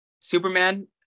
Superman